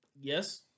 Yes